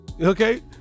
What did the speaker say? Okay